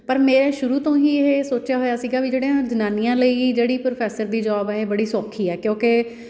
ਪਰ ਮੇਰਾ ਸ਼ੁਰੂ ਤੋਂ ਹੀ ਇਹ ਸੋਚਿਆ ਹੋਇਆ ਸੀਗਾ ਵੀ ਜਿਹੜੀਆਂ ਜਨਾਨੀਆਂ ਲਈ ਜਿਹੜੀ ਪ੍ਰੋਫੈਸਰ ਦੀ ਜੋਬ ਹੈ ਇਹ ਬੜੀ ਸੌਖੀ ਹੈ ਕਿਉਂਕਿ